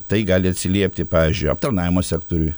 tai gali atsiliepti pavyzdžiui aptarnavimo sektoriui